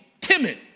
timid